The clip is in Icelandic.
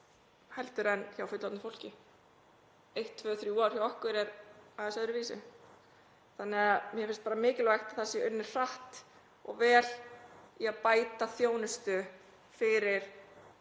heldur en hjá fullorðnu fólki. Eitt, tvö eða þrjú ár hjá okkur er aðeins öðruvísi. Þannig að mér finnst mikilvægt að það sé unnið hratt og vel í að bæta þjónustu fyrir